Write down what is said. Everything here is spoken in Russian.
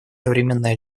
современное